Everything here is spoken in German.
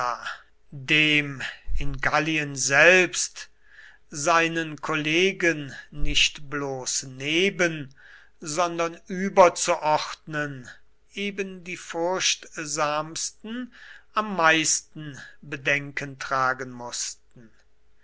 dem in gallien selbst seinen kollegen nicht bloß neben sondern überzuordnen eben die furchtsamsten am meisten bedenken tragen mußten